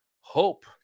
hope